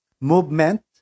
movement